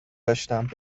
داشتم